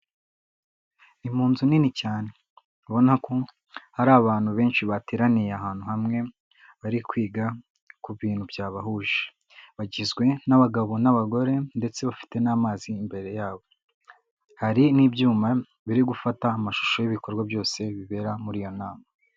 Ni munzu nini cyane ubona ko hari abantu benshi bateraniye ahantu hamwe bari kwiga ku bintu byabahuje, bagizwe n'abagabo n'abagore ndetse bafite n'amazi imbere yabo hari n'ibyuma biri gufata amashusho y'ibikorwa byose bibera muri iyo nama.